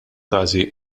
każi